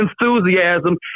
enthusiasm